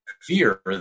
fear